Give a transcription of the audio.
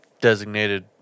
designated